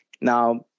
Now